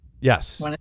Yes